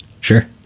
sure